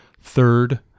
third